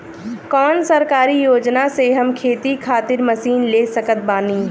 कौन सरकारी योजना से हम खेती खातिर मशीन ले सकत बानी?